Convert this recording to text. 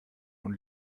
und